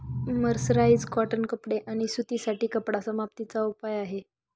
mercerise cotton कपडे आणि सूत साठी कपडा समाप्ती चा उपाय आहे